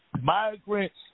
Migrants